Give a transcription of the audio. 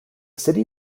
city